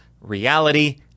reality